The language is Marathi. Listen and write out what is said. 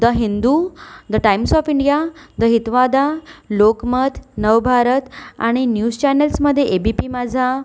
the Hindu the times of India the Hitavada Lokmat Navbharat आणि न्यूज चॅनल्समधे ए बी पी माझा